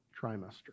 trimester